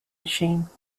machine